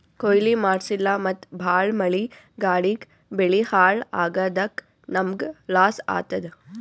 ಕೊಯ್ಲಿ ಮಾಡ್ಸಿಲ್ಲ ಮತ್ತ್ ಭಾಳ್ ಮಳಿ ಗಾಳಿಗ್ ಬೆಳಿ ಹಾಳ್ ಆಗಾದಕ್ಕ್ ನಮ್ಮ್ಗ್ ಲಾಸ್ ಆತದ್